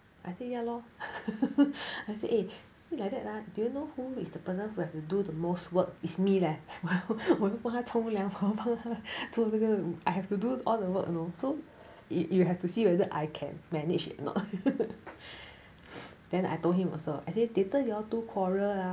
I think ya lor I say eh like that lah do you know who is the person who have to do the most work is me leh 我要帮他冲凉我要帮他做那个 I have to do all the work you know so it you have to see whether I can manage not then I told him also later y'all two quarrel ah